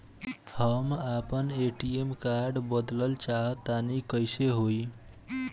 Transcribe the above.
हम आपन ATM card बदलल चाह तनि कइसे होई?